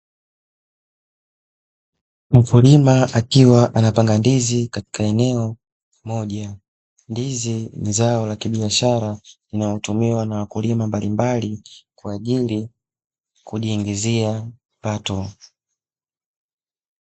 Mkulima akiwa anapanda ndizi katika eneo moja. Ndizi ni zao la kibiashara linalotumiwa na wakulima mbalimbali kwa ajili ya kujiingizia kipato.